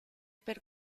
per